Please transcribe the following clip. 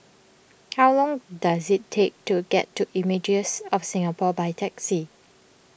how long does it take to get to Images of Singapore by taxi